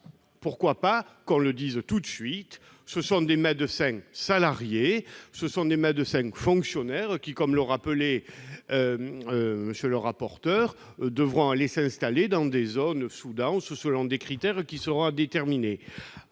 pourquoi pas ? Qu'on le dise tout de suite ! Nous aurons des médecins salariés, des médecins fonctionnaires qui, comme le rappelait M. le rapporteur, devront s'installer dans des zones sous-denses selon des critères qui seront à déterminer.